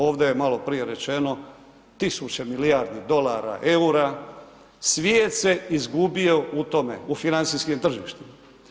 Ovdje je maloprije rečeno, tisuće milijardi dolara, eura, svijet se izgubio u tome, u financijskim tržištima.